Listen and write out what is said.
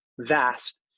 vast